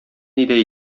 нидә